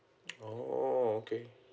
orh okay